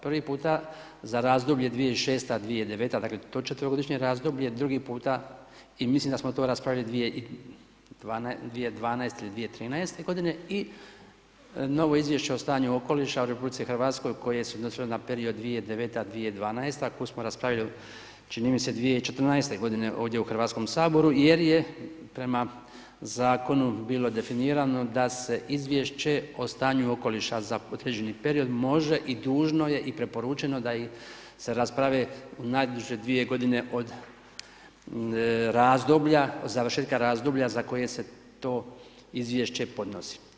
Prvi puta za razdoblje 2006.-2009. dakle to četverogodišnje razdoblje, drugi puta, i mislim da smo to raspravili 2012. ili 2013. godine i novo izvješće o stanju okoliša u RH koje se odnosilo na period 2009./2012. koju smo raspravili čini mi se 2014. godine ovdje u Hrvatskom saboru jer je prema zakonu bilo definirano da se izvješće o stanju okoliša za određeni period, može i dužno je i preporučeno da se rasprave najduže 2 godine od razdoblja, završetka razdoblja za koje se to izvješće podnosi.